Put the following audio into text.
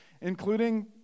including